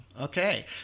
Okay